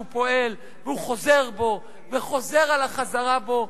והוא פועל והוא חוזר בו וחוזר על החזרה בו.